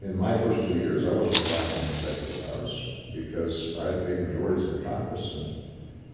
in my first two years, i wasn't relying on executive powers, because i had big majorities in the congress and